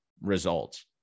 results